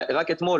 רק אתמול